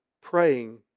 praying